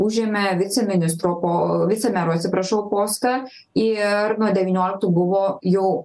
užėmė viceministro po vicemero atsiprašau postą ir nuo devynioliktų buvo jau